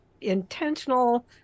intentional